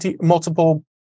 multiple